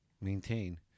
Maintain